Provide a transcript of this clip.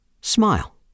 smile